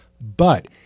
But-